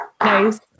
Nice